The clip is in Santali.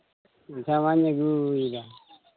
ᱟᱪᱪᱷᱟ ᱢᱟᱧ ᱟᱹᱜᱩᱭᱫᱟ